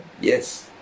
Yes